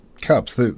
cups